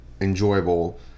enjoyable